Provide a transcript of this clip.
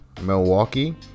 Milwaukee